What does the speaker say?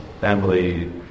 family